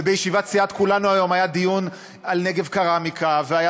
ובישיבת סיעת כולנו היום היה דיון על נגב קרמיקה והיה